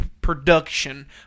production